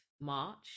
March